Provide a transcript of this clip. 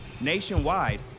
nationwide